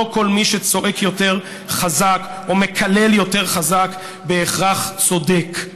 לא כל מי שצועק יותר חזק או מקלל יותר חזק בהכרח צודק.